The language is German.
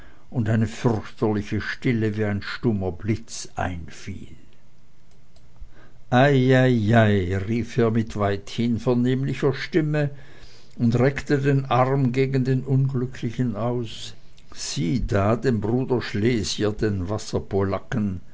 und eine fürchterliche stille wie ein stummer blitz einfiel ei ei ei ei rief er mit weithin vernehmlicher stimme und reckte den arm gegen den unglücklichen aus sieh da den bruder schlesier den